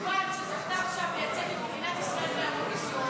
שזכתה עכשיו לייצג את מדינת ישראל באירוויזיון,